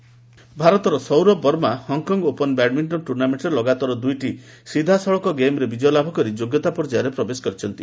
badminton ଭାରତର Saurabh Verma Hong Kong open badminton ଟୂର୍ଣ୍ଣାମେଣ୍ଟରେ ଲଗାତର ଦୁଇଟି ସିଧାସଳଖ ଗେମ୍ରେ ବିଜୟ ଲାଭ କରି ଯୋଗ୍ୟତା ପର୍ଯ୍ୟାୟରେ ପ୍ରବେଶ କରିଛନ୍ତି